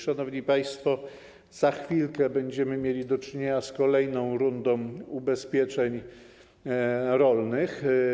Szanowni państwo, za chwilkę będziemy mieli do czynienia z kolejną rundą ubezpieczeń rolnych.